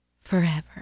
forever